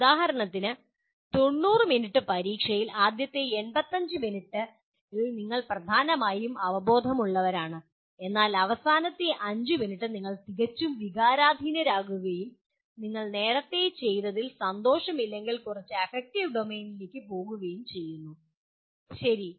ഉദാഹരണത്തിന് 90 മിനിറ്റ് പരീക്ഷയിൽ ആദ്യത്തെ 85 മിനിറ്റിൽ നിങ്ങൾ പ്രധാനമായും അവബോധമുള്ളവരാണ് എന്നാൽ അവസാന 5 മിനിറ്റ് നിങ്ങൾ തികച്ചും വികാരാധീനരാകുകയും നിങ്ങൾ നേരത്തെ ചെയ്തതിൽ സന്തോഷമില്ലെങ്കിൽ കുറച്ച് അഫക്റ്റീവ് ഡൊമെയ്നിലേക്ക് പോകുകയും ചെയ്യുന്നു ശരി